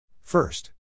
First